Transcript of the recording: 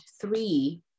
three